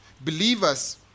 Believers